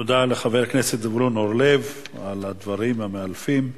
תודה לחבר הכנסת זבולון אורלב על הדברים המאלפים.